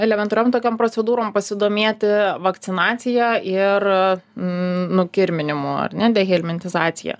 elementariom tokiam procedūrom pasidomėti vakcinacija ir nukirminimu ar ne dehelmintizacija